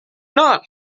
not